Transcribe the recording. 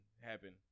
happen